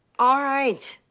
alright.